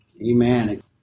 Amen